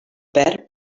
verd